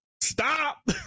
stop